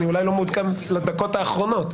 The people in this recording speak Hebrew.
אני אולי לא מעודכן לדקות האחרונות.